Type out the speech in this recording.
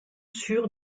sur